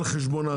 על חשבון הזה.